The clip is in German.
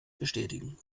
bestätigen